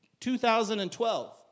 2012